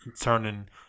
turning